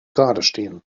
geradestehen